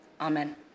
Amen